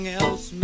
else